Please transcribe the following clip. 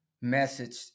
message